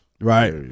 Right